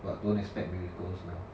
but don't expect miracles lor